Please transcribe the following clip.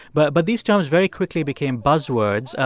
but but these terms very quickly became buzzwords.